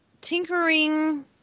tinkering